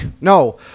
no